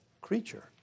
creature